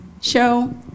show